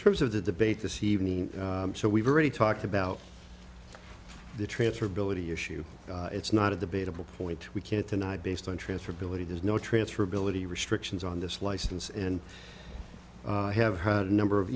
terms of the debate this evening so we've already talked about the transferability issue it's not of the bait of a point we can't deny based on transferability there's no transferability restrictions on this license and i have had a number of